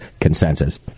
consensus